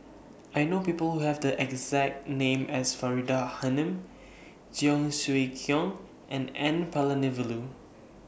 I know People Who Have The exact name as Faridah Hanum Cheong Siew Keong and N Palanivelu